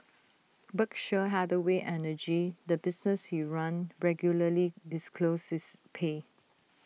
Berkshire Hathaway energy the business he ran regularly disclosed his pay